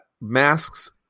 masks